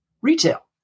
retail